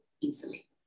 easily